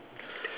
ya